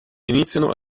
iniziano